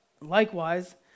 Likewise